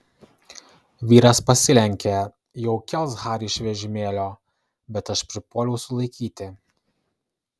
vyras pasilenkė jau kels harį iš vežimėlio bet aš pripuoliau sulaikyti